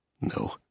no